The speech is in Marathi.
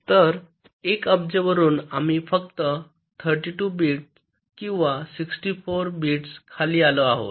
तर 1 अब्ज वरून आम्ही फक्त 32 बिट्स किंवा 64 बिट्सवर खाली आलो आहोत